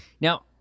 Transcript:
Now